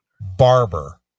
Barber